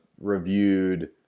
reviewed